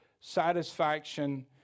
satisfaction